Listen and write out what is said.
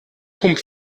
pump